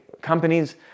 companies